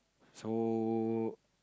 so